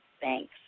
Thanks